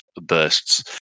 bursts